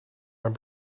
mijn